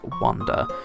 Wonder